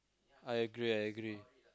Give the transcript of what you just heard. I agree I agree